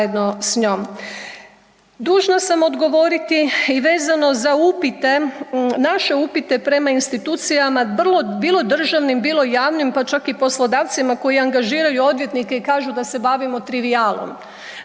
Dužna sam odgovoriti i vezano za upite, naše upite prema institucijama bilo državnim, bilo javnim pa čak i poslodavcima koji angažiraju odvjetnike i kažu da se bavimo trivijalom.